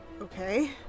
Okay